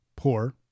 poor